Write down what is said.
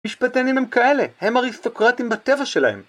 משפטנים הם כאלה, הם אריסוקרטים בטבע שלהם